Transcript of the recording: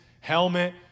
helmet